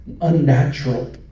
unnatural